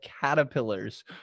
caterpillars